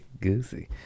goosey